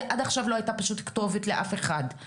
כי עד עכשיו לא היתה פשוט כתובת לאף אחד.